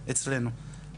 אצלנו.